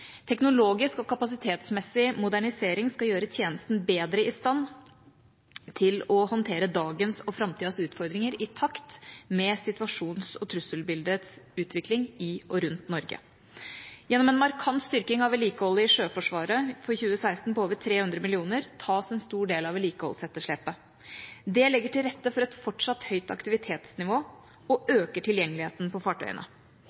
Teknologisk og kapasitetsmessig modernisering skal gjøre tjenesten bedre i stand til å håndtere dagens og framtidas utfordringer i takt med situasjonens og trusselbildets utvikling i og rundt Norge. Gjennom en markant styrking av vedlikeholdet i Sjøforsvaret for 2016 på over 300 mill. kr tas en stor del av vedlikeholdsetterslepet. Det legger til rette for et fortsatt høyt aktivitetsnivå og øker tilgjengeligheten på fartøyene.